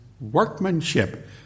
workmanship